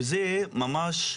וזה ממש,